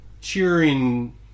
cheering